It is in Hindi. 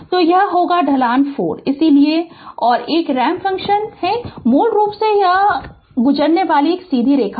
तो यह होगा ढलान 4 है इसलिए और एक रैंप फ़ंक्शन है मूल रूप से यह मूल ओर से गुजरने वाली एक सीधी रेखा है